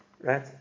Right